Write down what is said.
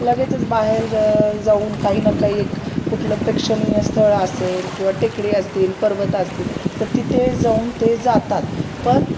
लगेचच बाहेर जाऊन काही ना काही एक कुठलं प्रेक्षणीय स्थळ असेल किंवा टेकडी असतील पर्वत असतील तर तिथे जाऊन ते जातात पण